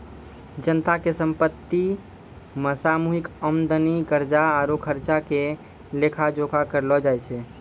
जनता के संपत्ति मे सामूहिक आमदनी, कर्जा आरु खर्चा के लेखा जोखा करलो जाय छै